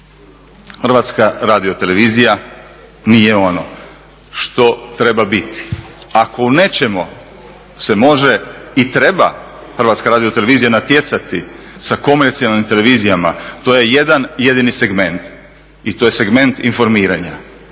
građanima. Međutim, HRT nije ono što treba biti. Ako se o nečemu se može i treba HRT natjecati sa komercijalnim televizijama, to je jedan jedini segment i to je segment informiranja.